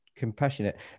compassionate